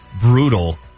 brutal